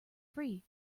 free